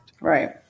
Right